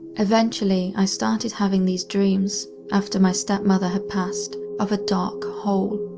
eventually i started having these dreams, after my step-mother had passed, of a dark hole.